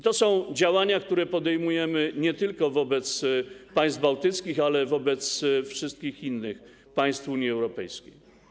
To są działania, które podejmujemy nie tylko wobec państw bałtyckich, ale także wobec wszystkich innych państw Unii Europejskiej.